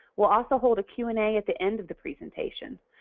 we'll also hold a q and a at the end of the presentation,